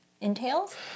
entails